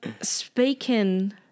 Speaking